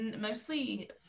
mostly